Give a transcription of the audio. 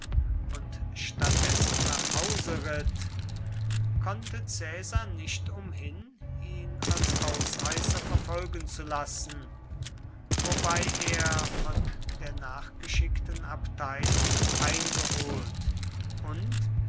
und statt dessen nach hause ritt konnte caesar nicht umhin ihn als ausreißer verfolgen zu lassen wobei er von der nachgeschickten abteilung eingeholt und